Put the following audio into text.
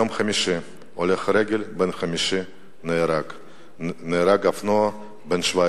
יום חמישי, הולך רגל בן 50 נהרג ונהג אופנוע בן 17